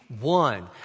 One